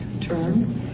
term